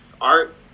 art